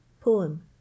Poem